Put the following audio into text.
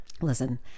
listen